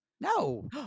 No